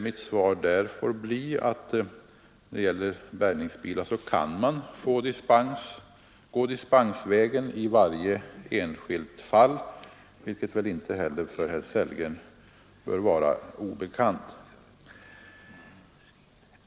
Mitt svar får bli att man när det gäller bärgningsbilar kan gå dispensvägen i varje enskilt fall, vilket väl inte heller bör vara obekant för herr Sellgren.